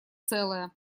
целое